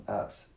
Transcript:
apps